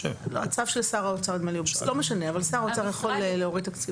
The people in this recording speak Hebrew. זה צו של שר האוצר, הוא יכול להוריד תקציב.